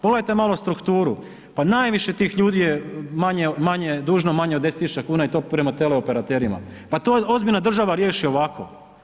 Pogledajte malo strukturu, pa najviše tih ljudi je manje, manje dužno manje od 10.000 kuna i to prema teleoperaterima, pa to ozbiljna država riješi ovako.